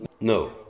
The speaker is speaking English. No